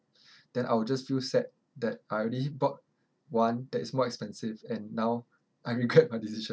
then I will just feel sad that I already bought one that is more expensive and now I regret my decision